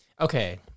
Okay